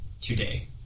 today